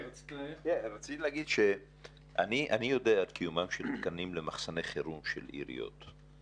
אני יודע על קיומם של מתקנים למחסני חירום של עיריות.